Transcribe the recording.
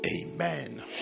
Amen